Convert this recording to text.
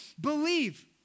believe